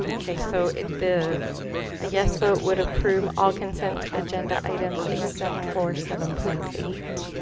okay, so it the ah yes, vote would approve all consent agenda items except for seven point eight